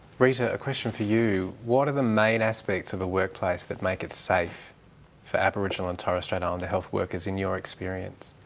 rita, a question for you. what are the main aspects of a workplace that make it safe for aboriginal and torres strait islander health workers in your experience?